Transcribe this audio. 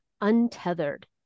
Untethered